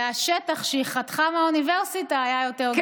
אלא השטח שהיא חתכה מהאוניברסיטה היה יותר גדול.